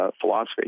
philosophy